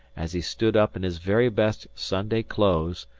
as he stood up in his very best sunday clothes,